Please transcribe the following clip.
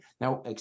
Now